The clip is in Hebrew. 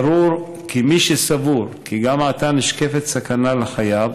ברור כי מי שסבור כי גם עתה נשקפת סכנה לחייו,